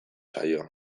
zaio